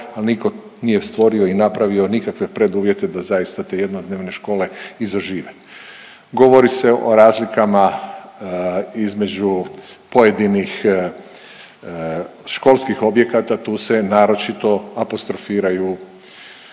ali nitko nije stvorio i napravio nikakve preduvjete da zaista te jednodnevne škole i zažive. Govori se o razlikama između pojedinih školskih objekata tu se naročito apostrofiraju